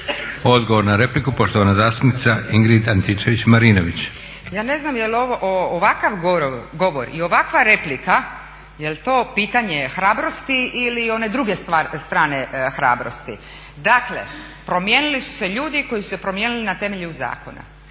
Odgovor na repliku poštovana zastupnica Ingrid Antičević-Marinović. **Antičević Marinović, Ingrid (SDP)** Ja ne znam jel ovakav govor i ovakva replika jel to pitanje hrabrosti ili one druge strane hrabrosti. Dakle promijenili su se ljudi koji su se promijenili na temelju zakona.